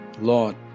Lord